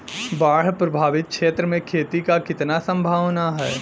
बाढ़ प्रभावित क्षेत्र में खेती क कितना सम्भावना हैं?